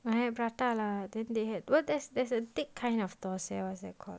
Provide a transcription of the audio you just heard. I had prata lah then they had what there's there's a thick kind of thosai eh what's that called